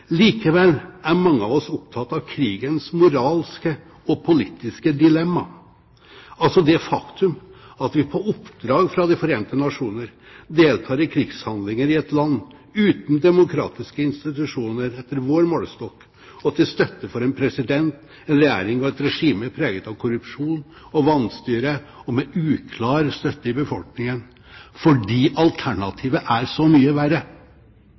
Likevel er mange av oss opptatt av krigens moralske og politiske dilemma, altså det faktum at vi på oppdrag fra De forente nasjoner deltar i krigshandlinger i et land uten demokratiske institusjoner etter vår målestokk, og til støtte for en president, en regjering og et regime preget av korrupsjon og vanstyre og med uklar støtte i befolkningen, fordi alternativet er så mye verre.